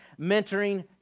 mentoring